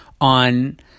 on